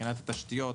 מבחינת התשתיות,